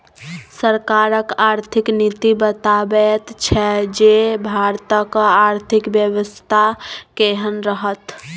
सरकारक आर्थिक नीति बताबैत छै जे भारतक आर्थिक बेबस्था केहन रहत